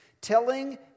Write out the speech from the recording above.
telling